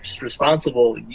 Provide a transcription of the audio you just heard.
responsible